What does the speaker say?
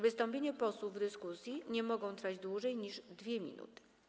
Wystąpienia posłów w dyskusji nie mogą trwać dłużej niż 2 minuty.